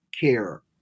CARE